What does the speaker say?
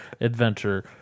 adventure